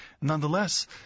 Nonetheless